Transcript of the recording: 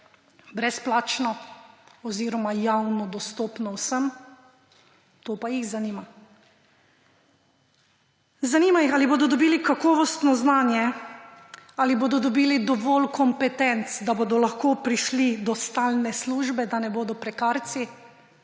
brezplačno oziroma javno dostopno vsem. To pa jih zanima. Zanima jih, ali bodo dobili kakovostno znanje, ali bodo dobili dovolj kompetenc, da bodo lahko prišli do stalne službe, da ne bodo prekarci.